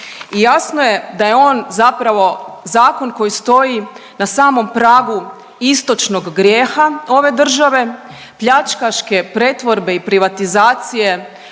i jasno je da je on zapravo zakon koji stoji na samom pragu istočnog grijeha ove države, pljačkaške pretvorbe i privatizacije